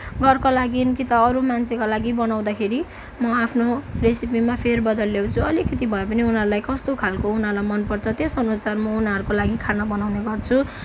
घरको लागि कि त अरू मान्छेको लागि बनाउँदाखेरि म आफनो रेसिपीमा फेरबदल ल्याउँछु अलिकित भएपनि उनीहरूलाई कस्तो खाल्को उनारहरूलाई मन पर्छ त्यस अनुसार म उनीहरूको लागि खाना बनाउने गर्छु